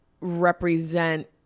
represent